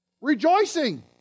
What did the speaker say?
Rejoicing